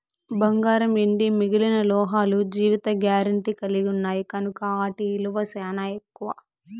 బంగారం, ఎండి మిగిలిన లోహాలు జీవిత గారెంటీ కలిగిన్నాయి కనుకే ఆటి ఇలువ సానా ఎక్కువ